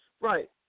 right